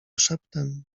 szeptem